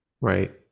right